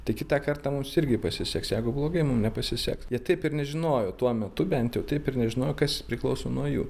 tai kitą kartą mums irgi pasiseks jeigu blogai mum nepasiseks jie taip ir nežinojo tuo metu bent jau taip ir nežinojo kas priklauso nuo jų